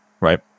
right